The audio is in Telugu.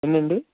ఎన్ని అండి